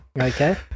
okay